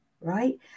right